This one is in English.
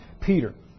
Peter